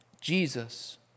Jesus